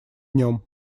нем